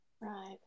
Right